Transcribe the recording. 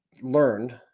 learned